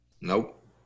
Nope